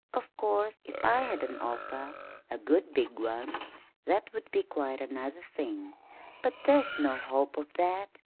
of course, if i had an offer a good big one that would be quite another thing but there's no hope of that.